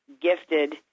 gifted